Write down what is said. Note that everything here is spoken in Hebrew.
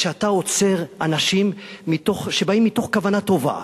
כשאתה עוצר אנשים שבאים מתוך כוונה טובה,